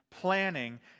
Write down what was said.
planning